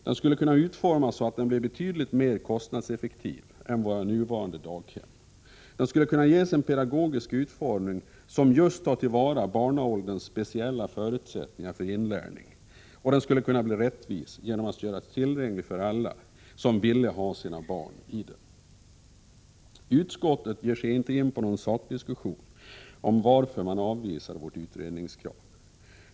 Den skulle kunna utformas så att den blev betydligt mer kostnadseffektiv än våra nuvarande daghem, den skulle kunna ges en pedagogisk utformning som just tar till vara barnaålderns speciella förutsättningar för inlärning, och den skulle kunna bli rättvis genom att göras tillgänglig för alla som vill ha sina barn i den. Utskottet ger sig inte in på någon sakdiskussion om varför man avvisar vårt utredningskrav.